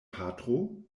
patro